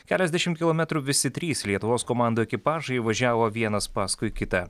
keliasdešim kilometrų visi trys lietuvos komandų ekipažai važiavo vienas paskui kitą